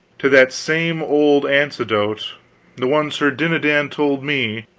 to that same old anecdote the one sir dinadan told me,